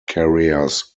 carriers